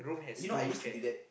you know I used to do that